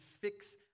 fix